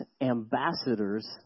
ambassadors